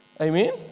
amen